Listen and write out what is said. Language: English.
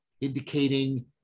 indicating